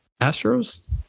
Astros